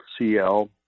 CL